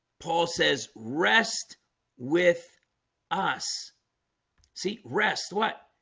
paul says rest with us see rest what?